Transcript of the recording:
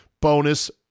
bonus